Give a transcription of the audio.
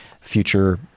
future